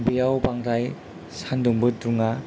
बेयाव बांद्राय सानदुंबो दुङा